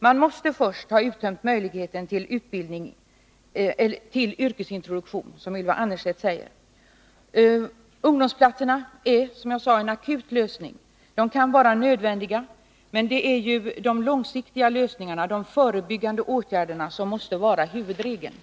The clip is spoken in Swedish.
Man måste först ha uttömt möjligheterna till yrkesintroduktion, som Ylva Annerstedt säger. Ungdomsplatserna är som sagt en lösning i en akut situation som kan vara nödvändig att tillgripa, men huvudregeln måste vara att man skall sträva efter långsiktiga lösningar och förebyggande åtgärder.